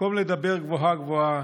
במקום לדבר גבוהה-גבוהה,